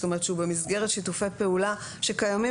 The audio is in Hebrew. זאת אומרת שהוא במסגרת שיתופי פעולה שקיימים